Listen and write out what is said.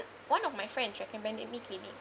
one of my friend she recommended me Clinique